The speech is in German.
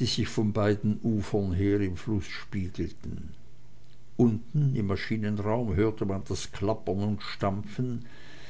die sich von beiden ufern her im fluß spiegelten unten im maschinenraum hörte man das klappern und stampfen